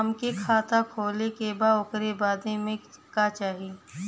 हमके खाता खोले के बा ओकरे बादे का चाही?